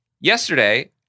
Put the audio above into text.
yesterday